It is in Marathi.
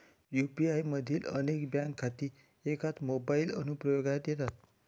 यू.पी.आय मधील अनेक बँक खाती एकाच मोबाइल अनुप्रयोगात येतात